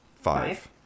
Five